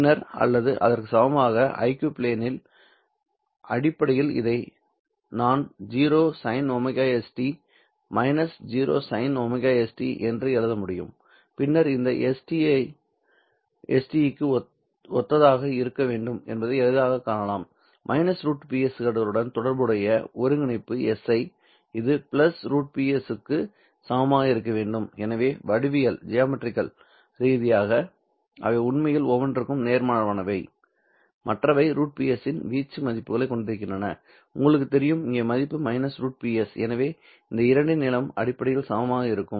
பின்னர் அல்லது அதற்கு சமமாக IQ பிளேனின் அடிப்படையில் இதை நான் 0 sinωs t 0 sinωs t என்று எழுத முடியும் பின்னர் இந்த st க்கு ஒத்ததாக இருக்க வேண்டும் என்பதை எளிதாகக் காணலாம் √Ps களுடன் தொடர்புடைய ஒருங்கிணைப்பு si இது √Ps க்கு சமமாக இருக்க வேண்டும் எனவே வடிவியல் ரீதியாக அவை உண்மையில் ஒவ்வொன்றிற்கும் நேர்மாறானவை மற்றவை √Ps இன் வீச்சு மதிப்புகளைக் கொண்டிருக்கின்றன உங்களுக்குத் தெரியும் இங்கே மதிப்பு √Ps எனவே இந்த இரண்டின் நீளம் அடிப்படையில் சமமாக இருக்கும்